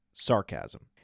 sarcasm